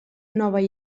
nova